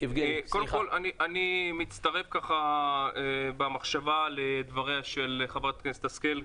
אני מצטרף במחשבה לדבריה של חברת הכנסת השכל,